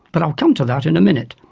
but i'll come to that in a minute.